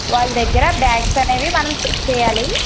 వాళ్ళ దగ్గర బ్యాగ్స్ అనేవి మనం చెక్ చేయ్యాలి